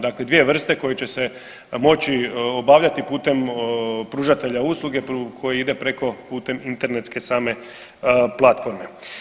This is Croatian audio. Dakle, dvije vrste koje će se moći obavljati putem pružatelja usluge koji ide preko, putem internetske same platforme.